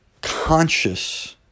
conscious